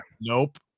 Nope